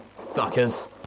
Fuckers